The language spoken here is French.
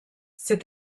ces